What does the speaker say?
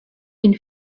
been